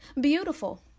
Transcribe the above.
Beautiful